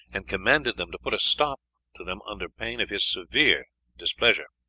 and commanded them to put a stop to them under pain of his severe displeasure.